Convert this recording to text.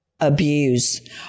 Abuse